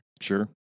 Sure